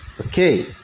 Okay